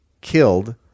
killed